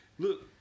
Look